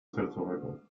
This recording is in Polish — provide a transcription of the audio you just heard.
sercowego